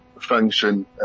function